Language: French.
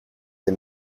des